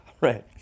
right